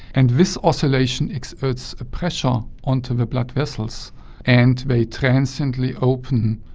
and this oscillation exerts a pressure onto the blood vessels and they transiently open,